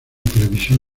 televisión